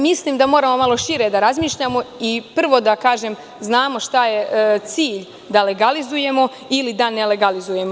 Mislim da moramo malo šire da razmišljamo i prvo da znamo šta je cilj – da legalizujemo ili da ne legalizujemo?